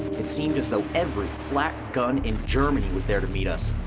it seemed as though every flak gun in germany was there to meet us.